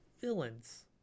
villains